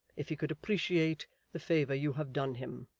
if he could appreciate the favour you have done him.